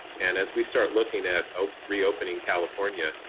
and as we start looking at ah reopening california,